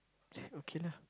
okay lah